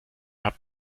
habt